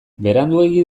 beranduegi